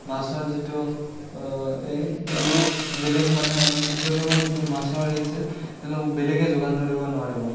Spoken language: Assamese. মাছৰ যিটো এই তেওঁলোকক বেলেগ মানুহে মানে তেওঁলোকক যিটো মাছৰ সেই আছিল তেওঁলোকক বেলেগে যোগান ধৰিব নোৱাৰিব